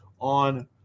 on